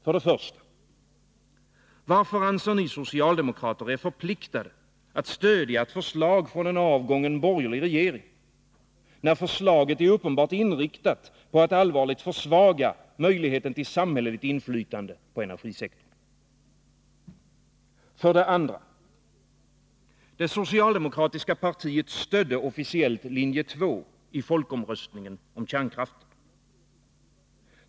För det första: Varför anser ni socialdemokrater er förpliktade att stödja ett förslag från en avgången borgerlig regering, när förslaget är uppenbart inriktat på att allvarligt försvaga möjligheten till samhälleligt inflytande på energisektorn? För det andra: Det socialdemokratiska partiet stödde officiellt linje 2 i folkomröstningen om kärnkraften.